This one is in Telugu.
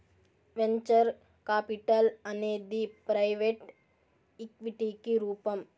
వెంచర్ కాపిటల్ అనేది ప్రైవెట్ ఈక్విటికి రూపం